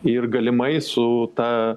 ir galimai su ta